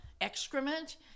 excrement